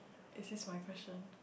it is my question